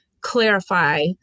clarify